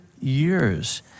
years